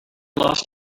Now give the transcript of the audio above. lost